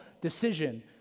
decision